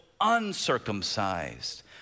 uncircumcised